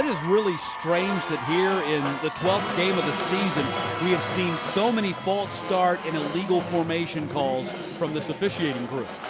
really strange that here in the twelfth game of the season we have seen so many false start and illegal formation calls from this officiating crew.